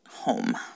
Home